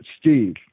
steve